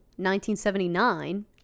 1979